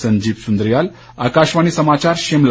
संजीव सुन्द्रियाल आकाशवाणी समाचार शिमला